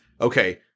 okay